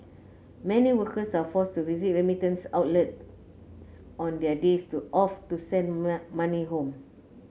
many workers are forced to visit remittance outlets on their days off to send money home